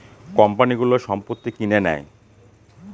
কোম্পানিগুলো সম্পত্তি কিনে নেয়